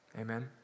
amen